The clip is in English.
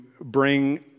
bring